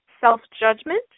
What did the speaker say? self-judgment